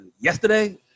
yesterday